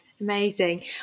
Amazing